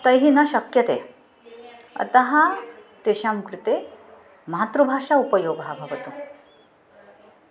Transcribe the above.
तैः न शक्यते अतः तेषां कृते मातृभाषा उपयोगः भवतु